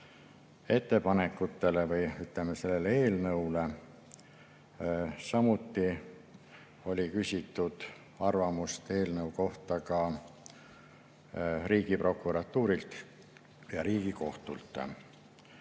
ettepanekutele või, ütleme, kogu sellele eelnõule. Samuti oli küsitud arvamust eelnõu kohta ka Riigiprokuratuurilt ja Riigikohtult.